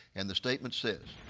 and the statement says,